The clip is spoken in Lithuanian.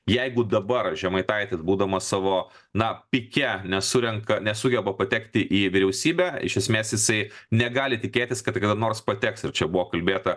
jeigu dabar žemaitaitis būdamas savo na pike nesurenka nesugeba patekti į vyriausybę iš esmės jisai negali tikėtis kad kada nors pateks ir čia buvo kalbėta